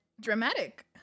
dramatic